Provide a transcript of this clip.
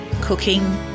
cooking